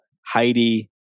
Heidi